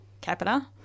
capita